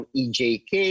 ejk